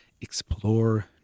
explore